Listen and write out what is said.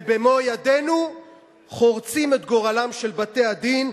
ובמו-ידינו חורצים את גורלם של בתי-הדין,